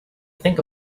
think